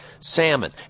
salmon